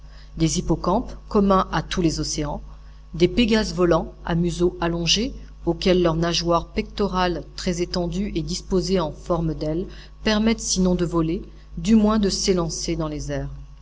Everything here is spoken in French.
des hippocampes communs à tous les océans des pégases volants à museau allongé auxquels leurs nageoires pectorales très étendues et disposées en forme d'ailes permettent sinon de voler du moins de s'élancer dans les airs